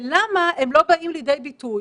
ולמה הם לא באים לידי ביטוי